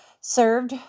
served